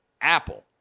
Apple